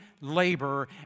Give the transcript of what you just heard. labor